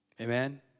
Amen